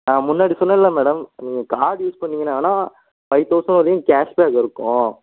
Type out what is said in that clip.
நான் முன்னாடி சொன்னேன்ல மேடம் நீங்கள் கார்டு யூஸ் பண்ணீங்க வேணா ஃபைவ் தௌசண்ட் வரையும் கேஷ்பேக் இருக்கும்